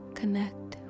connect